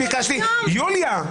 יוליה,